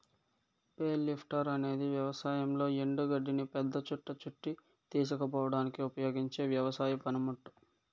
bale lifter అనేది వ్యవసాయంలో ఎండు గడ్డిని పెద్ద చుట్ట చుట్టి తీసుకుపోవడానికి ఉపయోగించే వ్యవసాయ పనిముట్టు